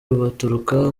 baturuka